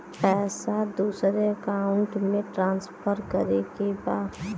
पैसा दूसरे अकाउंट में ट्रांसफर करें के बा?